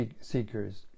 seekers